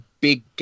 big